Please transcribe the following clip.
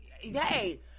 hey